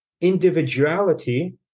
individuality